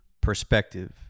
perspective